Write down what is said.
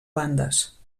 bandes